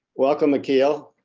welcome, akil.